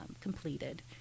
completed